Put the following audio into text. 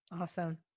Awesome